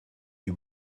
you